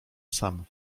sam